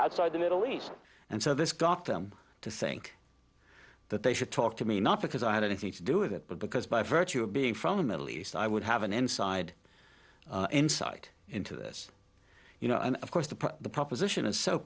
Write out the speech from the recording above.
outside the middle east and so this got them to think that they should talk to me not because i had anything to do with it but because by virtue of being from the middle east i would have an inside insight into this you know and of course the the proposition is so